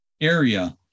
area